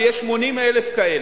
ויש 80,000 כאלה,